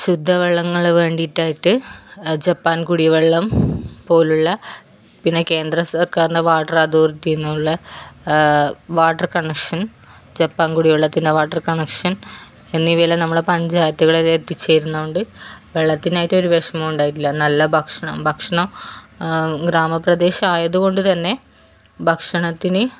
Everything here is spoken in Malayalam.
ശുദ്ധ വെള്ളങ്ങള് വേണ്ടിയിട്ടായിട്ട് ജപ്പാൻ കുടിവെള്ളം പോലുള്ള പിന്ന കേന്ദ്ര സർക്കാരിൻ്റെ വാട്ടർ അതോറിറ്റിയിൽ നിന്നുള്ള വാട്ടർ കണക്ഷൻ ജപ്പാൻ കുടിവെള്ളത്തിൻ്റെ വാട്ടർ കണക്ഷൻ എന്നിവയെല്ലാം നമ്മളെ പഞ്ചായത്തുകള് എത്തിച്ച് തരുന്നതുകൊണ്ട് വെള്ളത്തിനായിട്ടൊരു വിഷമവും ഉണ്ടായിട്ടില്ല നല്ല ഭക്ഷണം ഭക്ഷണം ഗ്രാമ പ്രദേശമായത് കൊണ്ടുതന്നെ ഭക്ഷണത്തിന്